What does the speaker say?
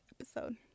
episode